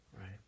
right